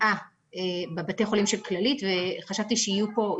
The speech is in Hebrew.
בקיאה בבתי החולים של כללית ואני חשבתי שיהיו פה,